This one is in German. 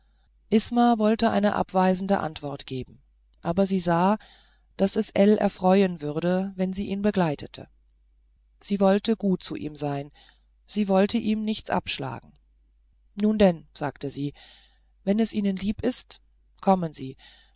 isma wollte eine abweisende antwort geben aber sie sah daß es ell erfreuen würde wenn sie ihn begleitete sie wollte gut zu ihm sein sie wollte ihm nichts abschlagen nun denn sagte sie wenn es ihnen lieb ist kommen sie